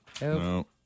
no